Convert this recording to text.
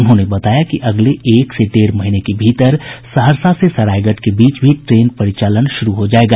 उन्होंने बताया कि अगले एक से डेढ़ महीने के भीतर सहरसा से सरायगढ़ के बीच भी ट्रेन परिचालन शुरू हो जायेगा